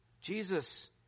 Jesus